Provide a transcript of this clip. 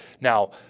Now